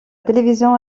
télévision